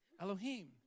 Elohim